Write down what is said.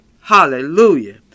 Hallelujah